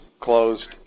closed